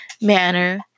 manner